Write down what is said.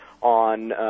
on